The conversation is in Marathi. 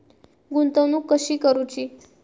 गुंतवणूक कशी करूची?